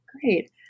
Great